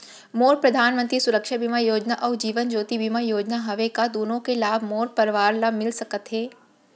मोर परधानमंतरी सुरक्षा बीमा योजना अऊ जीवन ज्योति बीमा योजना हवे, का दूनो के लाभ मोर परवार ल मिलिस सकत हे?